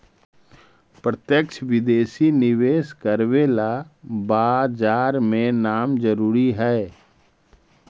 प्रत्यक्ष विदेशी निवेश करवे ला बाजार में नाम जरूरी है